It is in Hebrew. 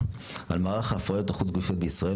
על מערך ההפריות החוץ גופיות בישראל.